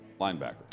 linebacker